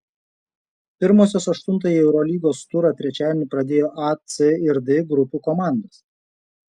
pirmosios aštuntąjį eurolygos turą trečiadienį pradėjo a c ir d grupių komandos